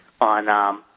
on